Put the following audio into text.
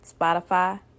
Spotify